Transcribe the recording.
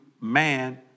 man